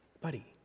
buddy